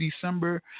December